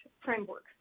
framework